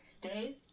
Dave